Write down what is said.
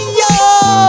yo